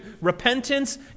repentance